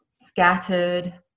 scattered